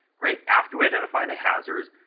right after we identify the hazards,